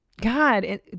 God